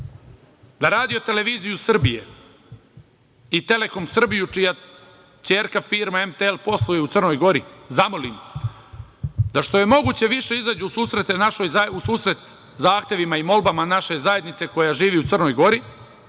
skupštinsku govornicu da RTS i „Telekom Srbije“, čija ćerka firma MTL posluju u Crnoj Gori, zamolim da što je moguće više izađu u susret zahtevima i molbama naše zajednice koja živi u Crnoj Gori